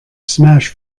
smash